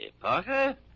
Parker